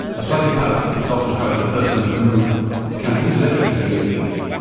a psychopath is often a tragic person who can intellectually very acute.